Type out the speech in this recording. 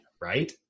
right